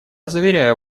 заверяю